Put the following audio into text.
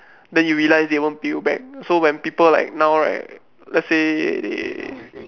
then you realize they won't pay you back so when people like now right let's say they